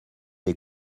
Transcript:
les